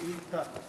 שאילתה.